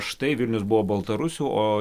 štai vilnius buvo baltarusių o